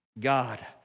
God